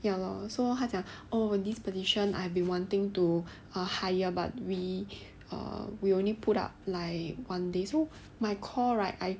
ya lor so 他讲 oh this position I've been wanting to err hire but we err we only put up like one day so my call right I